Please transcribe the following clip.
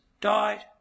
died